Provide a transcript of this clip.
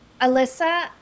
Alyssa